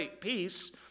peace